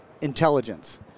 Intelligence